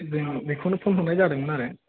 जों बेखौनो फन हरनाय जादोंमोन आरो